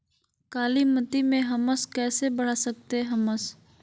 कालीमती में हमस कैसे बढ़ा सकते हैं हमस?